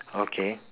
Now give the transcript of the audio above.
okay